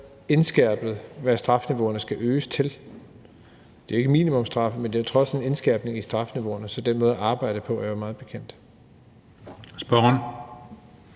indskærpet, hvad strafniveauerne skal øges til. Det er ikke minimumsstraffe, men det er trods alt en indskærpning om strafniveauerne. Så den måde at arbejde på er jo meget bekendt. Kl.